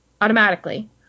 automatically